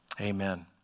Amen